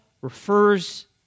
refers